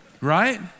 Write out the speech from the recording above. Right